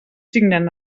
signen